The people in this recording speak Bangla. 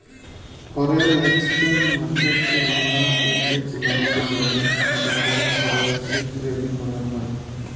ফরেল একসচেঞ্জ মার্কেটকে আমরা এফ.এক্স লামেও জালি যেখালে ফরেলসি টেরেড ক্যরা হ্যয়